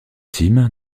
team